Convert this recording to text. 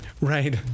Right